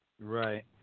Right